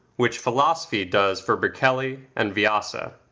which philosophy does for berkeley and viasa.